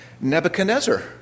Nebuchadnezzar